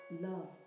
love